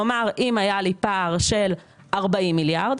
כלומר אם היה לי פער של 40 מיליארד,